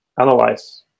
analyze